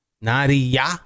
Nadia